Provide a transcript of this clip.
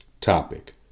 topic